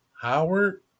Howard